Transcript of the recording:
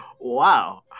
Wow